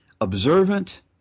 observant